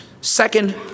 Second